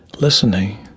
listening